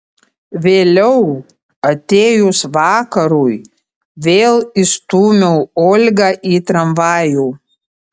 vėliau atėjus vakarui vėl įstūmiau olgą į tramvajų